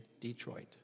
Detroit